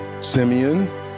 simeon